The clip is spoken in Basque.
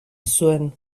zuen